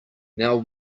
now